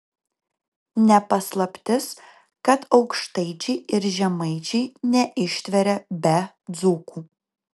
ne paslaptis kad aukštaičiai ir žemaičiai neištveria be dzūkų